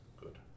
good